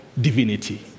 divinity